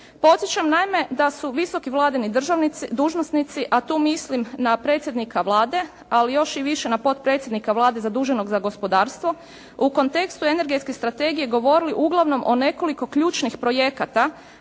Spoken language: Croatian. Podsjećam naime da su visoki vladini državnici, dužnosnici a tu mislim na predsjednika Vlade ali još i više potpredsjednika Vlade zaduženog za gospodarstvo u kontekstu energetske strategije govorili uglavnom o nekoliko ključnih projekata